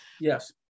Yes